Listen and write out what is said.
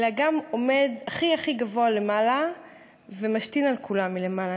אלא גם עומד הכי הכי גבוה למעלה ומשתין על כולם מלמעלה.